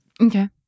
Okay